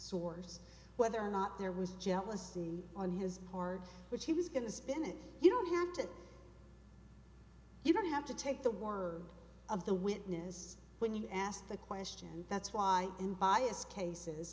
source whether or not there was jealousy on his part which he was going to spin it you don't have to you don't have to take the word of the witness when you ask the question that's why in bias cases